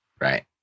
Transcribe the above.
Right